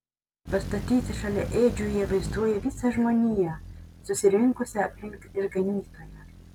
pastatyti šalia ėdžių jie vaizduoja visą žmoniją susirinkusią aplink išganytoją